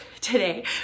today